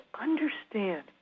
understand